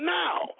now